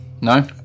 No